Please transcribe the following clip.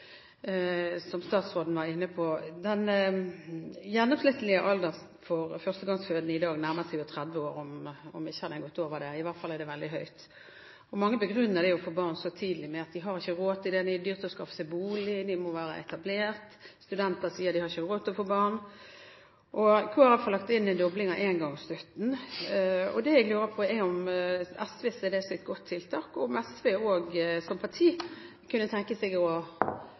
som statsråden var inne på. Den gjennomsnittlige alder for førstegangsfødende nærmer seg i dag 30 år, om den ikke har gått over det – i hvert fall er den veldig høy. Mange begrunner det å få barn så sent med at de har ikke råd. Det er dyrt å skaffe seg bolig, de må være etablert – studenter sier at de ikke har råd til å få barn. Kristelig Folkeparti har lagt inn en dobling av engangsstøtten. Det jeg lurer på, er om SV ser det som et godt tiltak, og om SV også som parti kunne tenke seg